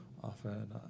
often